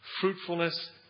fruitfulness